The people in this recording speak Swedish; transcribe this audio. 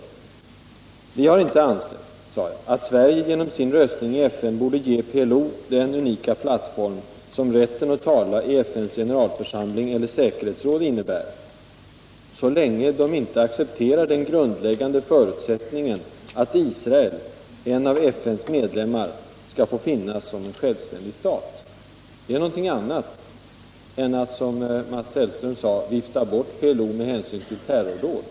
I mitt tidigare anförande framhöll jag: ”Men vi har inte ansett att Nr 29 Sverige genom sin röstning i FN borde ge PLO den unika plattform som rätten att tala i FN:s generalförsamling eller säkerhetsråd innebär, så länge de inte accepterar den grundläggande förutsättningen att Israely I som är en av FN:s medlemsstater, skall få finnas som en självständig Om produktionsinnation.” riktningen vid Det är någonting annat än att, som Mats Hellström sade, vifta bort = försvarsindustrin PLO med hänvisning till terrordåden.